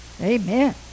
Amen